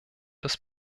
des